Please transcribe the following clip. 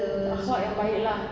akhlak yang baik lah